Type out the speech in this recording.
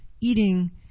eating